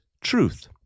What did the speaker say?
truth